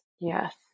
Yes